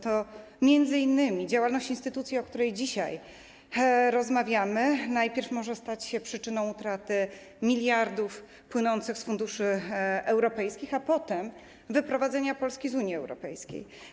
To między innymi działalność instytucji, o której dzisiaj rozmawiamy, najpierw może stać się przyczyną utraty miliardów płynących z funduszy europejskich, a potem wyprowadzenia Polski z Unii Europejskiej.